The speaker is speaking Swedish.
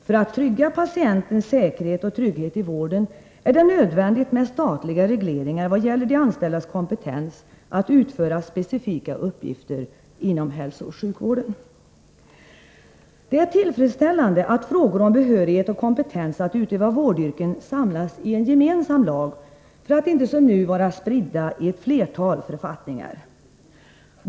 För att trygga patientens säkerhet och trygghet i vården är det nödvändigt med statliga regleringar vad gäller de anställdas kompetens att utföra specifika uppgifter inom hälsooch sjukvården. Det är tillfredsställande att frågor om behörighet och kompetens att utöva vårdyrken samlas och regleras i en gemensam lag, för att inte som nu vara spridda i ett flertal författningar.